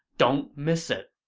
don't miss it.